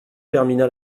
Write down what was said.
termina